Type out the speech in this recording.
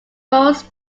most